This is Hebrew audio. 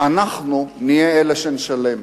אנחנו נהיה אלה שנשלם